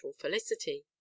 felicity